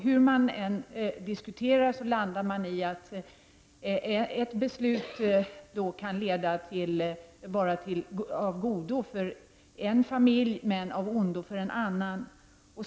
Hur man än diskuterar landar man i att ett visst beslut kan vara bra för en familj men av ondo för en annan.